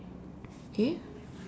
!hey!